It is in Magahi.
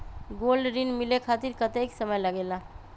गोल्ड ऋण मिले खातीर कतेइक समय लगेला?